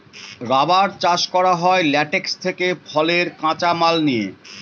rubber চাষ করা হয় ল্যাটেক্স থেকে ফলের কাঁচা মাল নিয়ে